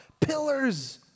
pillars